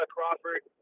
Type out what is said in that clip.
Crawford